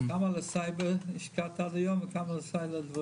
כמה לסייבר השקעת עד היום וכמה כוח אדם?